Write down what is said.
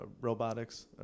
robotics